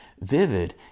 vivid